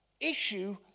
Issue